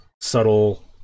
subtle